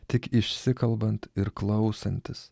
tik išsikalbant ir klausantis